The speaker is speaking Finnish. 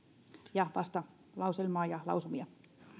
ja vastalauselmaa ja lausumia